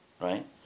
right